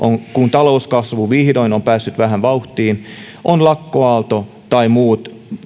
talouskasvu vihdoin on päässyt vähän vauhtiin on lakkoaalto tai muut